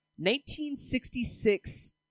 1966